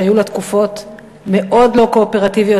שהיו לה תקופות מאוד לא קואופרטיביות,